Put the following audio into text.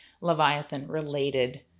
Leviathan-related